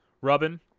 Robin